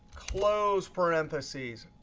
close parentheses.